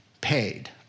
paid